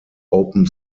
open